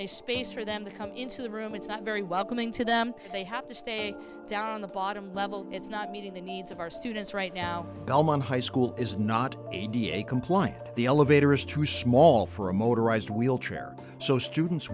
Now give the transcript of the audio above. a space for them to come into the room it's not very welcoming to them they have to stand down on the bottom level it's not meeting the needs of our students right now belmont high school is not a da compliant the elevator is too small for a motorized wheelchair so students